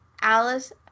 Alice